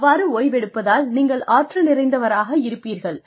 அவ்வாறு ஓய்வெடுப்பதால் நீங்கள் ஆற்றல் நிறைந்தவராக இருப்பீர்கள்